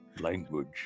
Language